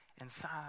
inside